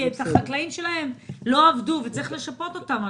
החקלאים שלהם לא עבדו וצריך לשפות אותם.